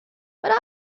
but